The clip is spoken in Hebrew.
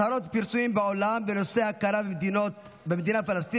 הצהרות ופרסומים בעולם בנושא הכרה במדינה פלסטינית